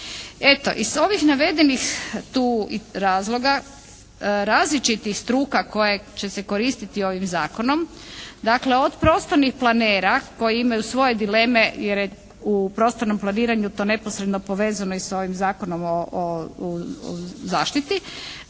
Eto, iz ovih navedenih tu razloga različitih struka koje će se koristiti ovim zakonom, dakle od prostornih planera koji imaju svoje dileme jer je u prostornom planiranju to neposredno povezano i sa ovim zakonom o zaštiti